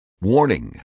warning